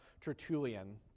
Tertullian